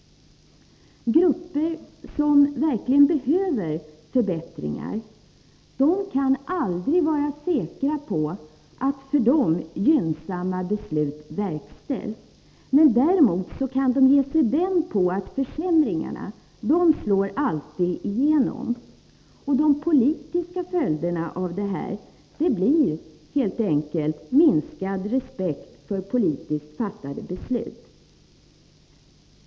Grupper som verkligen behöver förbättringar kan aldrig vara säkra på att för dem gynnsamma beslut verkställs. Däremot kan de ge sig den på att beslut om försämringar alltid går igenom. Följderna av det här blir helt enkelt minskad respekt för politiskt fattade beslut.